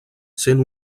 sent